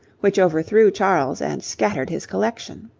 which overthrew charles and scattered his collection.